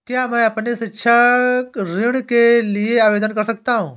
क्या मैं अपने शैक्षिक ऋण के लिए आवेदन कर सकता हूँ?